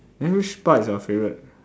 then which part is your favourite